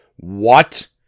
What